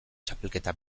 txapelketa